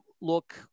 look